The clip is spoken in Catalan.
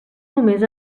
només